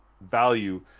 value